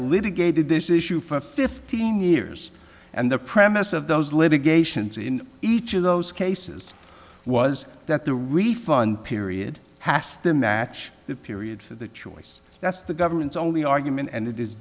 litigated this issue for fifteen years and the premise of those litigations in each of those cases was that the refund period passed the match the period for the choice that's the government's only argument and it is